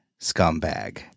scumbag